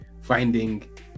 finding